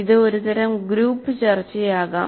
ഇത് ഒരുതരം ഗ്രൂപ്പ് ചർച്ചയാകാം